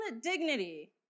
dignity